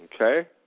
Okay